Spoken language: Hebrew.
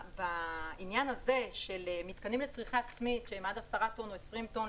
בעניין הזה של מתקנים לצריכה עצמית שהם עד 20-10 טון,